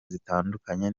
zitandukanye